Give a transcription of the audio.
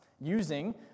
using